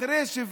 אחרי 72